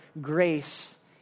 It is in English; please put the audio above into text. grace